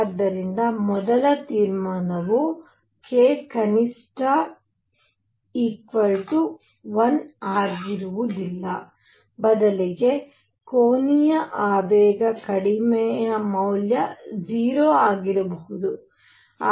ಆದ್ದರಿಂದ ಮೊದಲ ತೀರ್ಮಾನವು k ಕನಿಷ್ಠ 1 ಆಗಿರುವುದಿಲ್ಲ ಬದಲಿಗೆ ಕೋನೀಯ ಆವೇಗ ಕಡಿಮೆ ಮೌಲ್ಯ 0 ಆಗಿರಬಹುದು